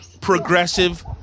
progressive